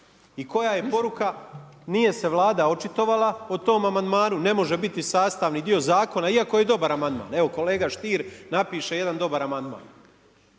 I koja je poruka? Nije se Vlada očitovala o tom amandmanu, ne može biti sastavni dio zakona iako je dobar amandman. Evo kolega Štir napiše jedan dobar amandman,